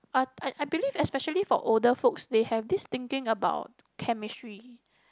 uh uh I believe especially for older folks they have this thinking about chemistry